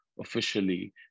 Officially